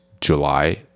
july